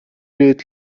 ирээд